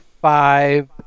five